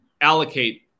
allocate